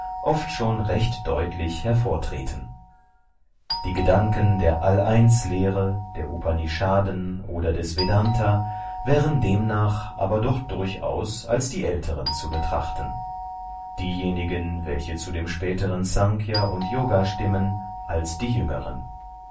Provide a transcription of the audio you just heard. oft schon recht deutlich hervortreten die gedanken der all eins lehre der upanishaden oder des vednta wären darnach aber doch durchaus als die älteren zu betrachten diejenigen welche zu dem späteren snkhya und yoga stimmen als die jüngeren